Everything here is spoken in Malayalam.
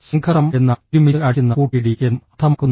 സംഘർഷം എന്നാൽ ഒരുമിച്ച് അടിക്കുന്ന കൂട്ടിയിടി എന്നും അർത്ഥമാക്കുന്നു